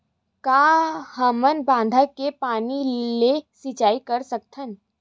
का हमन बांधा के पानी ले सिंचाई कर सकथन?